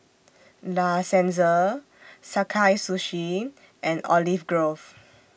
La Senza Sakae Sushi and Olive Grove